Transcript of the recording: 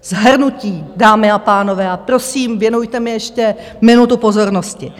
Shrnutí, dámy a pánové, a prosím, věnujte mi ještě minutu pozornosti.